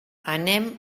anem